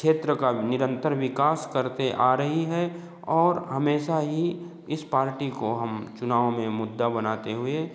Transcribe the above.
क्षेत्र का निरंतर विकास करते आ रही है और हमेशा ही इस पार्टी को हम चुनाव में मुद्दा बनाते हुए